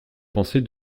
penser